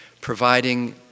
providing